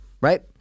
right